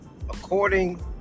according